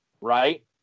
right